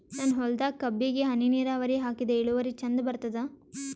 ನನ್ನ ಹೊಲದಾಗ ಕಬ್ಬಿಗಿ ಹನಿ ನಿರಾವರಿಹಾಕಿದೆ ಇಳುವರಿ ಚಂದ ಬರತ್ತಾದ?